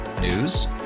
News